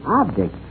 object